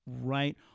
right